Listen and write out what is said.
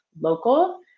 local